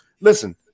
Listen